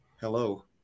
Hello